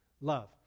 love